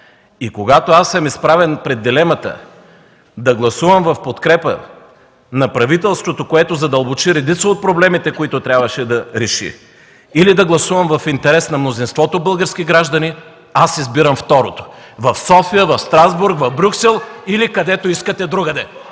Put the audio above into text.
Когато съм изправен пред дилемата да гласувам в подкрепа на правителството, което задълбочи редица от проблемите, които трябваше да реши, или да гласувам в интерес на мнозинството български граждани, аз избирам второто – в София, в Страсбург, в Брюксел или където искате другаде.